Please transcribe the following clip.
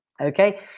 Okay